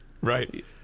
Right